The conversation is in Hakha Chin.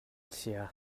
chia